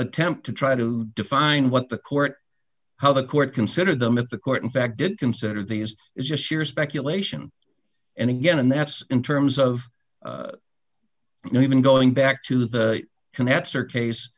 attempt to try to define what the court how the court considered them at the court in fact did consider these is just sheer speculation and again and that's in terms of you know even going back to the connector case